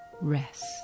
rest